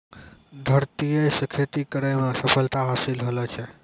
धरतीये से खेती करै मे सफलता हासिल होलो छै